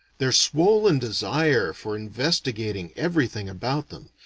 their swollen desire for investigating everything about them,